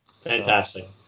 fantastic